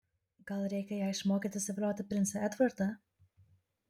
gal reikia ją išmokyti suvilioti princą edvardą